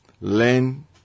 learn